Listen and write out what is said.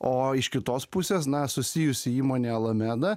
o iš kitos pusės na susijusi įmonė alameda